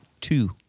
two